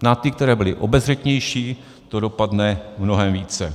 Na ty, které byly obezřetnější, to dopadne mnohem více.